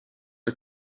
are